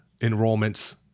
enrollments